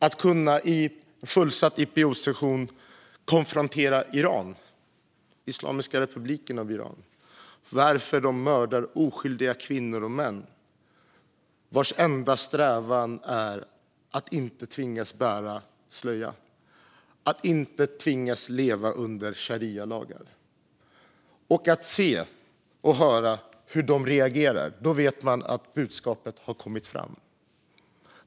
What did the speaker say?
När man i en fullsatt IPU-session kan konfrontera Islamiska republiken Iran och fråga varför de mördar oskyldiga kvinnor och män vars enda strävan är att slippa tvingas bära slöja och slippa tvingas leva under sharialager och kan se och höra hur de reagerar vet man att budskapet har nått fram.